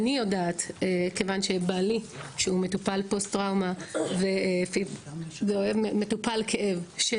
כיוון שבעלי שהוא מטופל פוסט-טראומה ומטופל כאב אני